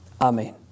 Amen